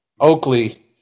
Oakley